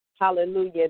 Hallelujah